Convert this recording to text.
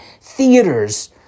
theaters